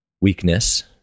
weakness